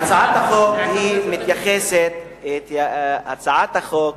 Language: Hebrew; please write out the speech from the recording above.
הצעת החוק